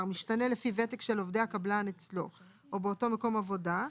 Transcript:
משתנה לפי ותק של עובדי הקבלן אצלו או באותו מקום עבודה,